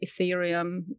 Ethereum